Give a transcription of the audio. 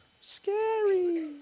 Scary